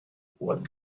what